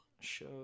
Show